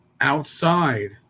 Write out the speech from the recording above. outside